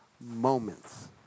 moments